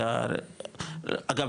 אגב,